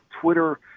Twitter